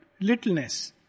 littleness